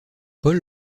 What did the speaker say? paul